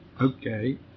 Okay